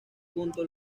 punto